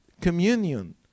communion